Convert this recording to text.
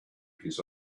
his